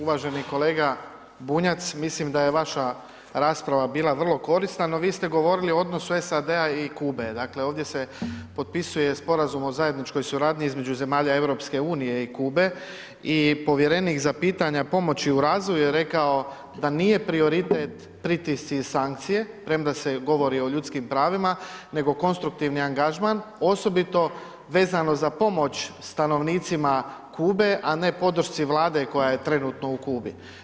Uvaženi kolega Bunjac, mislim da je vaša rasprava bila vrlo korisna, no vi ste govorili o odnosu SAD-a i Kube, dakle, ovdje se potpisuje Sporazum o zajedničkoj suradnji između zemalja EU i Kube i povjerenik za pitanja pomoći u razvoju je rekao da nije prioritet pritisci i sankcije, premda se govori o ljudskim pravima, nego konstruktivni angažman, osobito vezano za pomoć stanovnicima Kube, a ne podršci Vlade koja je trenutno u Kubi.